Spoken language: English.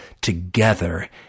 together